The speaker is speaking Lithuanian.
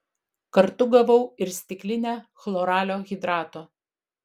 kartu gavau ir stiklinę chloralio hidrato